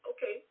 Okay